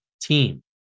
team